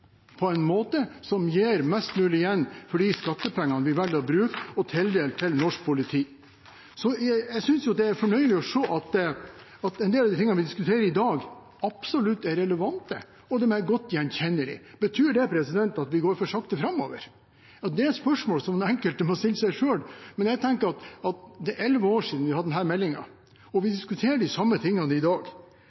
på en måte som gir mest mulig igjen for de skattepengene vi velger å bruke og tildele til norsk politi. Så jeg synes det er fornøyelig å se at en del av de tingene vi diskuterer i dag, absolutt er relevante og godt gjenkjennelige. Betyr det at vi går for sakte framover? Det er et spørsmål den enkelte får stille seg selv, men jeg tenker at det er elleve år siden vi behandlet denne meldingen, og vi diskuterer de samme tingene i dag,